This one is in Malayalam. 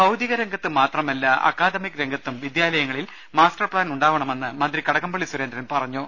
ഭൌതിക രംഗത്ത് മാത്രമല്ല അക്കാദമിക് രംഗത്തും വിദ്യാലയങ്ങളിൽ മാസ്റ്റർപ്പാൻ ഉണ്ടാവണമെന്ന് മന്ത്രി കട്ടകംപള്ളി സുരേന്ദ്രൻ പറഞ്ഞു